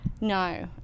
no